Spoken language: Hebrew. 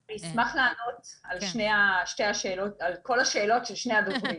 אני אשמח לענות על כל השאלות של שני הדוברים.